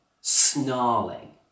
snarling